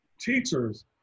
teachers